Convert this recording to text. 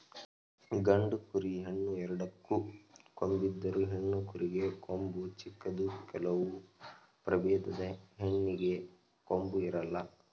ಗಂಡು ಕುರಿ, ಹೆಣ್ಣು ಎರಡಕ್ಕೂ ಕೊಂಬಿದ್ದರು, ಹೆಣ್ಣು ಕುರಿಗೆ ಕೊಂಬು ಚಿಕ್ಕದು ಕೆಲವು ಪ್ರಭೇದದ ಹೆಣ್ಣಿಗೆ ಕೊಂಬು ಇರಲ್ಲ